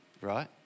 right